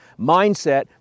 mindset